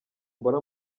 mbone